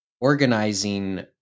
organizing